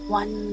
one